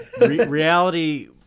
reality